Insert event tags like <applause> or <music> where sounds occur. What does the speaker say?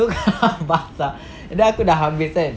so <laughs> basah then aku dah habis kan